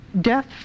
death